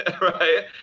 right